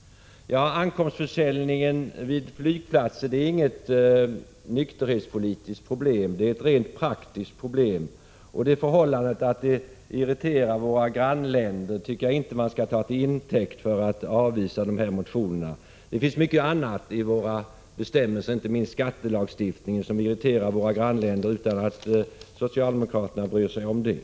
Ankomstförsäljningen på flygplatserna är inget nykterhetspolitiskt problem utan ett rent praktiskt problem. Det förhållandet att en ändring i enlighet med förslaget i våra motioner skulle irritera våra grannländer tycker jag inte att man skall ta till intäkt för att avvisa motionerna. Det finns mycket annat i våra bestämmelser, inte minst i vår skattelagstiftning, som irriterar våra grannländer utan att socialdemokraterna bryr sig om det.